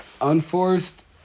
Unforced